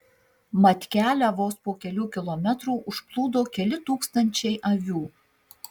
mat kelią vos po kelių kilometrų užplūdo keli tūkstančiai avių